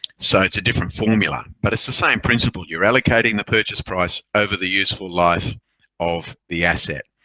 so it's a different formula, but it's the same principle. you're allocating the purchase price over the useful life of the asset.